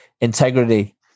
Integrity